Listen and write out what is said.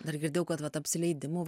dar girdėjau kad vat apsileidimu